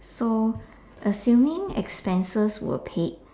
so assuming expenses were paid